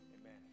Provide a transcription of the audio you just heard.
amen